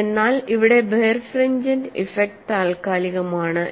എന്നാൽ ഇവിടെ birefringent effect താൽക്കാലികമാണ്